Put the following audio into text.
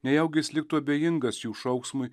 nejaugi jis liktų abejingas jų šauksmui